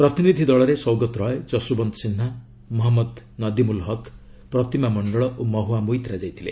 ପ୍ରତିନିଧି ଦଳରେ ସୌଗତ ରଏ ଯଶୋବନ୍ତ ସିହ୍ନା ମହମ୍ମଦ ନଦିମୁଲ ହକ୍ ପ୍ରତିମା ମଣ୍ଡଳ ଓ ମହୁଆ ମୋଇତ୍ରା ଯାଇଥିଲେ